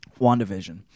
WandaVision